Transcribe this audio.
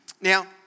Now